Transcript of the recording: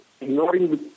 ignoring